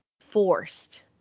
forced